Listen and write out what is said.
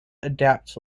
adapt